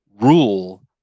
rule